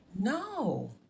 no